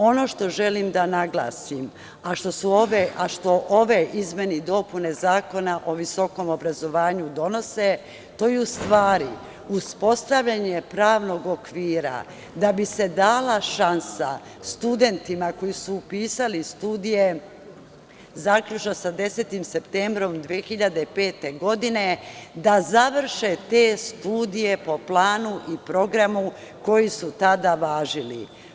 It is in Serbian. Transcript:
Ono što želim da naglasim, a što ove izmene i dopune Zakona o visokom obrazovanju donose to je u stvari uspostavljanje pravnog okvira da bi se dala šansa studentima koji su upisali studije zaključno sa 10. septembrom 2005. godine da završe te studije po planu i programu koji je tada važio.